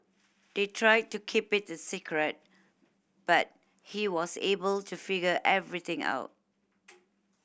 they tried to keep it a secret but he was able to figure everything out